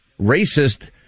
racist